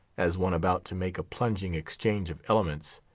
as one about to make a plunging exchange of elements,